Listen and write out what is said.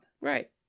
right